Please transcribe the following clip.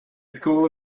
school